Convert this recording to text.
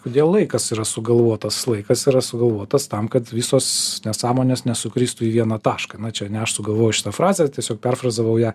kodėl laikas yra sugalvotas laikas yra sugalvotas tam kad visos nesąmonės nesukristų į vieną tašką na čia ne aš sugalvojau šitą frazę tiesiog perfrazavau ją